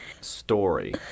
story